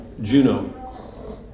Juno